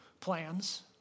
plans